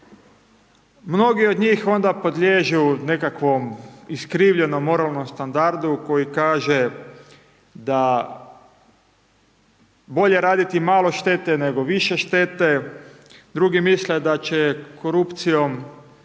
Mnogi od njih onda podliježu nekakvom iskrivljenom moralnom standardu koji kaže da bolje raditi malo štete nego više štete, drugi misle da će korupcijom